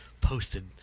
posted